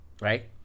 right